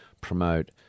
promote